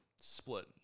split